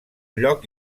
lloc